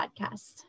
podcast